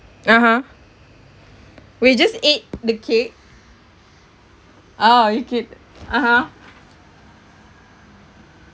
(uh huh) we just ate the cake ah you get (uh huh)